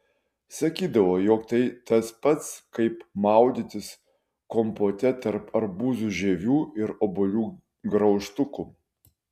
sakydavo jog tai tas pats kaip maudytis kompote tarp arbūzų žievių ir obuolių graužtukų